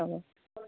হ'ব